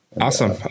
Awesome